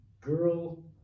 Girl